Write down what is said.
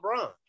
LeBron